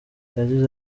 yagize